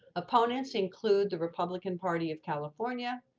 opponents include the republican party of california,